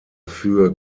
für